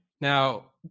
Now